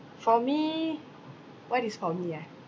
for me what is for me ah